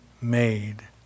made